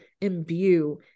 imbue